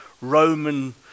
Roman